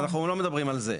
אנחנו לא מדברים על זה.